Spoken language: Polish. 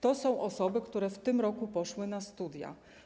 To są osoby, które w tym roku poszły na studia.